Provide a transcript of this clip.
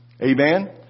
Amen